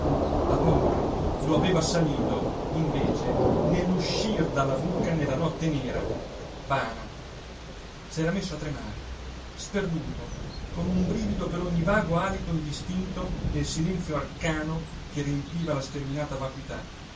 la paura lo aveva assalito invece nell'uscir dalla buca nella notte nera vana s'era messo a tremare sperduto con un brivido per ogni vago alito indistinto nel silenzio arcano che riempiva la sterminata vacuità